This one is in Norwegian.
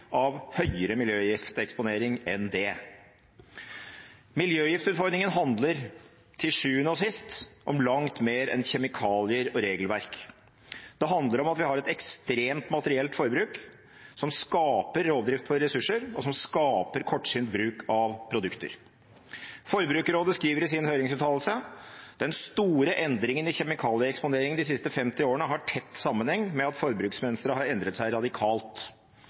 av høyere miljøgifteksponering enn det. Miljøgiftutfordringen handler til sjuende og sist om langt mer enn kjemikalier og regelverk. Det handler om at vi har et ekstremt materielt forbruk som skaper rovdrift på ressurser, og som skaper kortsynt bruk av produkter. Forbrukerrådet skriver i sin høringsuttalelse at den store endringen i kjemikalieeksponering de siste 50 årene har tett sammenheng med at forbruksmønsteret har endret seg radikalt.